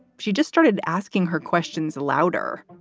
she just started asking her questions louder.